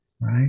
right